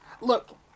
Look